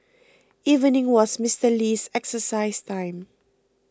evening was Mister Lee's exercise time